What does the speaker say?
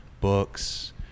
books